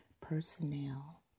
personnel